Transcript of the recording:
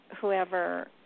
whoever